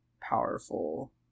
powerful